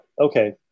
okay